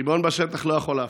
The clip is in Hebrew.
הריבון בשטח לא יכול להפלות.